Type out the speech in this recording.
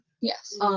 Yes